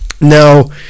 Now